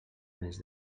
més